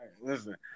Listen